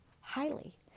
highly